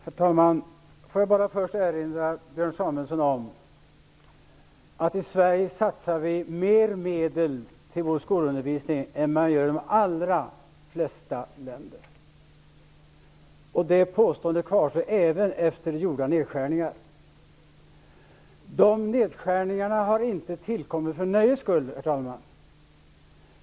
Herr talman! Jag vill först erinra Björn Samuelson om att vi i Sverige satsar mer medel på skolundervisningen än vad man gör i de allra flesta länder. Det påståendet kvarstår även efter gjorda nedskärningar. Nedskärningarna har inte tillkommit för nöjes skull.